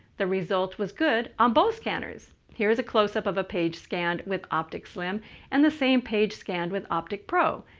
the result was good on both counters. here's a close up of a page scanned with opticslim and the same page scanned with opticpro.